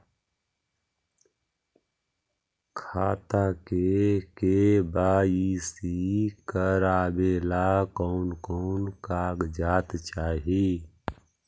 खाता के के.वाई.सी करावेला कौन कौन कागजात चाही?